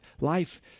life